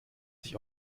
sich